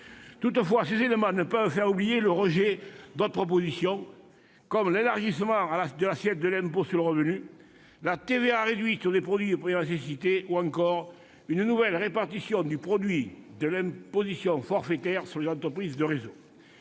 Toutefois, ces éléments ne peuvent faire oublier le rejet d'autres propositions, comme l'élargissement de l'assiette de l'impôt sur le revenu, la TVA réduite sur des produits de première nécessité, ou encore une nouvelle répartition du produit de l'imposition forfaitaire sur les entreprises de réseau.